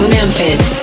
Memphis